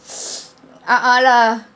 a'ah lah